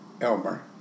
Elmer